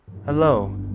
Hello